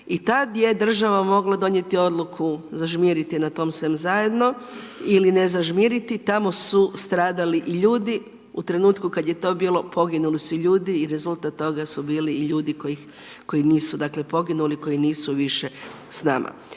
i tad je država mogla donijeti odluku, zažmiriti na tom svemu zajedno ili ne zažmiriti. Tamo su stradali i ljudi, u trenutku kad je to bilo poginuli su i ljudi i rezultat toga su bili i ljudi koji nisu dakle poginuli, koji nisu više s nama.